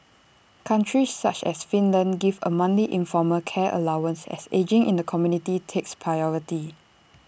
countries such as Finland give A monthly informal care allowance as ageing in the community takes priority